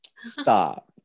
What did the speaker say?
Stop